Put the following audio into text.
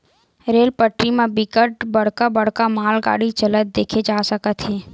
rail पटरी म बिकट बड़का बड़का मालगाड़ी चलत देखे जा सकत हे